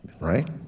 right